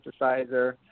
synthesizer